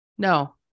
No